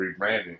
rebranding